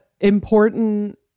important